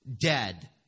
dead